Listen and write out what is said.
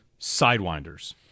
sidewinders